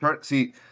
See